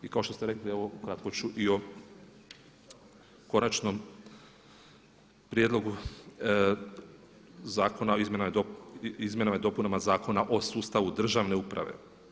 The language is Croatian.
I kao što ste rekli evo ukratko ću i o Konačnom prijedlogu Zakona o izmjenama i dopunama Zakona o sustavu državne uprave.